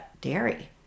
dairy